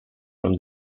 from